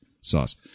sauce